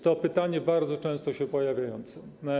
To pytanie bardzo często się pojawiające.